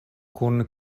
kun